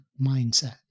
mindset